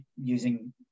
using